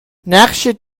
نقشت